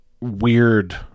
weird